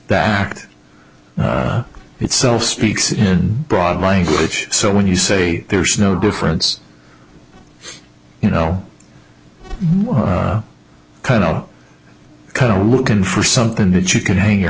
that act itself speaks in broad language so when you say there's no difference you know kind of kind of looking for something that you can hang your